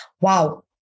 Wow